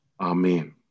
Amen